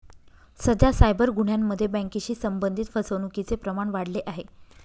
सध्या सायबर गुन्ह्यांमध्ये बँकेशी संबंधित फसवणुकीचे प्रमाण वाढले आहे